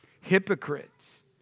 Hypocrites